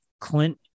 Clint